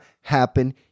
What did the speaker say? happen